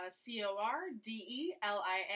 C-O-R-D-E-L-I-A